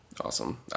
Awesome